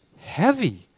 heavy